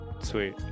sweet